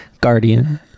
Guardian